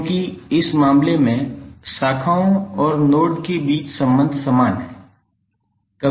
क्यों कि इस मामले में शाखाओं और नोड के बीच संबंध समान है